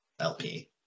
LP